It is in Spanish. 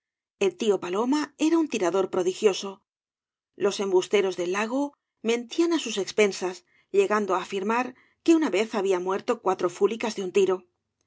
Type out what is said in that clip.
el tío paloma era un tirador prodigioso los embusteros del lago mentían á sus expensas llegando á afirmar que una vez había muerto cuatro fúlicas de un tiro